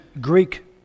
Greek